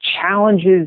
challenges